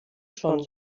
schon